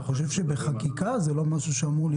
אתה חושב שזה צריך להיות בחקיקה ולא בתקנות?